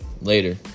Later